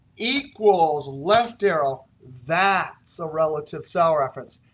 equals, left arrow, that's a relative cell reference.